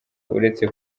uretse